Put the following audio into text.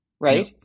right